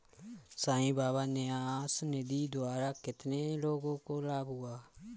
साई बाबा न्यास निधि द्वारा कितने लोगों को लाभ हुआ?